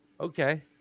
Okay